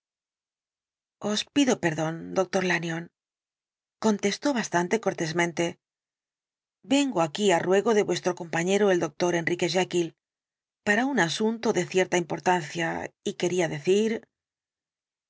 pido perdón doctor lanyón contestó bastante cortesmente vengo aquí á ruego de vuestro compañero el doctor enrique jekyll para un asunto de cierta importancia y quería decir